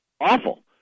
awful